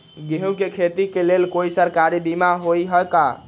गेंहू के खेती के लेल कोइ सरकारी बीमा होईअ का?